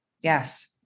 Yes